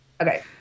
Okay